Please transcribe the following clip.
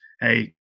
hey